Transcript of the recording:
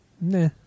Nah